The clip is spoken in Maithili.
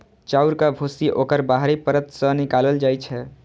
चाउरक भूसी ओकर बाहरी परत सं निकालल जाइ छै